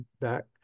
back